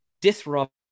disrupt